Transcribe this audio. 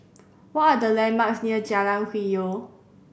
what are the landmarks near Jalan Hwi Yoh